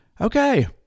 Okay